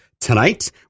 tonight